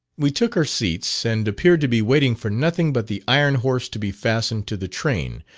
we took our seats and appeared to be waiting for nothing but the iron-horse to be fastened to the train,